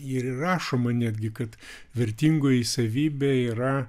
ir įrašoma netgi kad vertingoji savybė yra